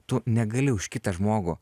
tu negali už kitą žmogų